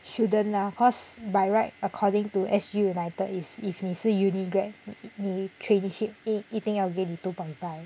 shouldn't lah cause by right according to S_G united it's if 你是 uni grad 你 traineeship 一定要给你 two point five